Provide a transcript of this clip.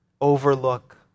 overlook